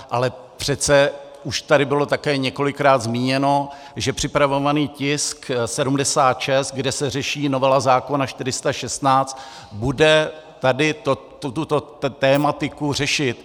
Ale přece už tady bylo také několikrát zmíněno, že připravovaný tisk 76, kde se řeší novela zákona 416, bude tady tuto tematiku řešit.